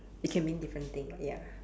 it can mean different thing but ya